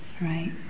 right